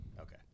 Okay